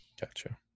Gotcha